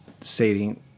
stating